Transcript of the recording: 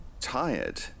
tired